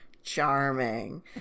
charming